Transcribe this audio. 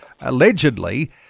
allegedly